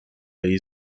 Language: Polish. jej